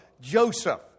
Joseph